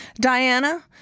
Diana